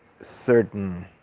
certain